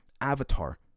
avatar